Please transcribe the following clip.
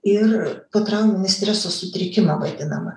ir potrauminį streso sutrikimą vadinamą